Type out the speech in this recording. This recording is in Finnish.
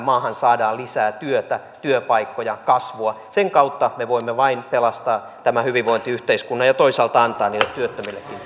maahan saadaan lisää työtä työpaikkoja kasvua vain sen kautta me voimme pelastaa tämän hyvinvointiyhteiskunnan ja toisaalta antaa niille työttömillekin